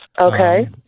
Okay